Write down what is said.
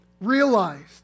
realized